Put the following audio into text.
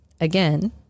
again